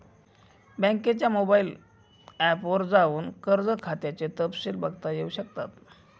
बँकेच्या mobile app वर जाऊन कर्ज खात्याचे तपशिल बघता येऊ शकतात